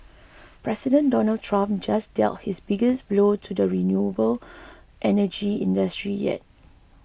President Donald Trump just dealt his biggest blow to the renewable energy industry yet